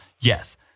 yes